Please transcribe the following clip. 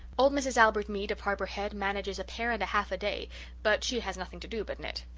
old mrs. albert mead of harbour head manages a pair and a half a day but she has nothing to do but knit.